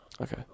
Okay